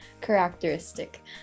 characteristic